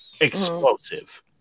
explosive